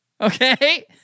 okay